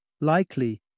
Likely